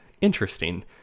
interesting